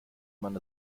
man